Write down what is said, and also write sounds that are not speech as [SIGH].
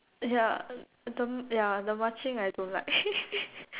ya the ya the marching I don't like [LAUGHS]